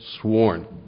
sworn